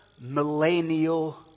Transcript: millennial